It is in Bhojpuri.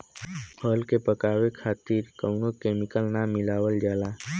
फल के पकावे खातिर कउनो केमिकल ना मिलावल जाला